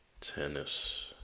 tennis